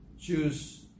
choose